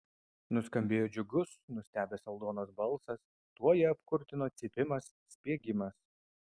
nuskambėjo džiugus nustebęs aldonos balsas tuoj ją apkurtino cypimas spiegimas